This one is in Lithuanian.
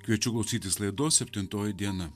kviečiu klausytis laidos septintoji diena